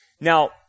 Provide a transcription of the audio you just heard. Now